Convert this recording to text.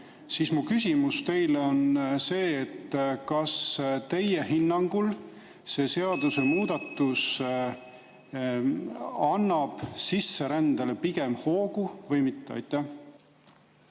siis mu küsimus teile on see: kas teie hinnangul see seadusemuudatus annab sisserändele pigem hoogu või mitte? Aitäh!